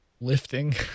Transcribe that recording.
Lifting